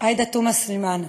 עאידה תומא סלימאן.